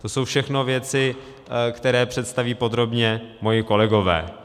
To jsou všechno věci, které představí podrobně moji kolegové.